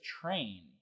train